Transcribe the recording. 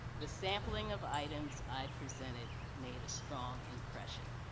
the sampling of items i presented made a strong impression.